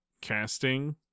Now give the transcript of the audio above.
casting